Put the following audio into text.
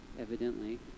evidently